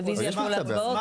יש מבצע בעזה.